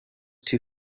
too